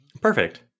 Perfect